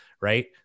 right